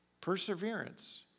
perseverance